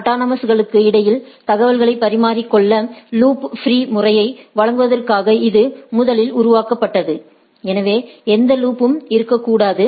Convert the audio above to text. autonomous சிஸ்டம்ஸ்களுக்கு இடையில் தகவல்களைப் பரிமாறிக்கொள்ள லூப் பிரீ முறையை வழங்குவதற்காக இது முதலில் உருவாக்கப்பட்டது எனவே எந்த லூப்பும் இருக்கக்கூடாது